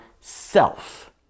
self